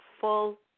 full